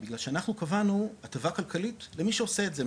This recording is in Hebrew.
בגלל שאנחנו קבענו הטבה כלכלית למי שעושה את זה,